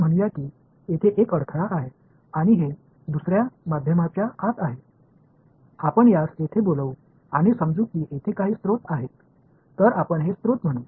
எனவே இங்கே ஒரு தடை இருக்கிறது அது மற்றொரு ஊடகத்திற்குள் இருக்கிறது என்று சொல்லலாம் இங்கே சில ஆதாரங்கள் உள்ளன எனவே அவற்றை ஆதாரம் என்று அழைப்போம்